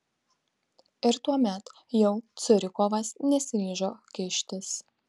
ir tuomet jau curikovas nesiryžo kištis